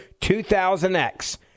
2000X